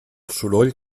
soroll